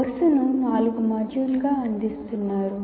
కోర్సును నాలుగు మాడ్యూల్స్గా అందిస్తున్నారు